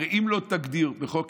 הרי אם לא תגדיר בחוק-יסוד